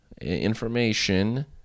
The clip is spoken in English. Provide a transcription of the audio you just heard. information